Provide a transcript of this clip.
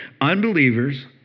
Unbelievers